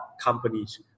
companies